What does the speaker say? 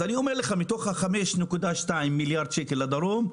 אז אני אומר לך מתוך אותם 5.2 מיליארד שקל לדרום,